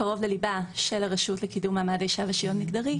של הרשות לקידום מעמד האישה ושוויון מגדרי.